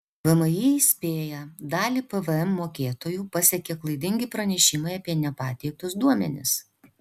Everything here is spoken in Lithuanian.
vmi įspėja dalį pvm mokėtojų pasiekė klaidingi pranešimai apie nepateiktus duomenis